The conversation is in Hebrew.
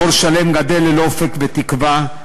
דור שלם ללא אופק ותקווה,